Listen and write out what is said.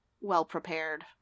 well-prepared